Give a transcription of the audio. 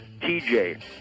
TJ